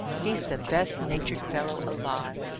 he is the best-natured fellow alive,